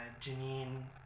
janine